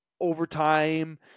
Overtime